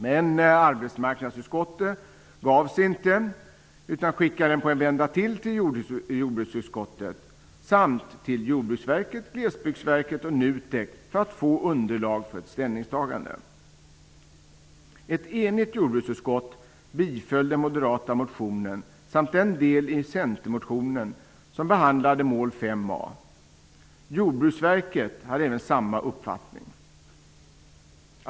Men arbetsmarknadsutskottet gav sig inte utan skickade den ytterligare en vända till jordbruksutskottet samt till Jordbruksverket, Glesbygdsverket och NUTEK för att få underlag för ett ställningstagande. Ett enigt jordbruksutskott biföll den moderata motionen samt den del i centermotionen som behandlade mål 5a. Även Jordbruksverket hade samma uppfattning.